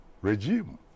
regime